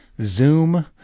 Zoom